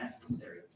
necessary